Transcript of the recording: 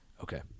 Okay